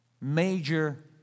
major